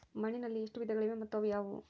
ಮಣ್ಣಿನಲ್ಲಿ ಎಷ್ಟು ವಿಧಗಳಿವೆ ಮತ್ತು ಅವು ಯಾವುವು?